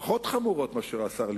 פחות חמורות מאשר כלפי השר ליברמן.